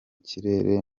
kirere